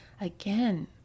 Again